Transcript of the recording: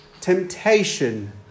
temptation